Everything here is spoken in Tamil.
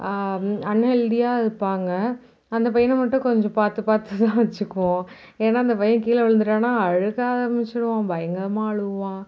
அன்ஹெல்தியாக இருப்பாங்க அந்த பையனை மட்டும் கொஞ்சம் பார்த்து பார்த்து தான் வைச்சுக்குவோம் ஏன்னால் அந்த பையன் கீழே விழுந்துட்டான்ன அழு ஆரம்பித்திடுவான் பயங்கரமாக அழுவான்